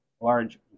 large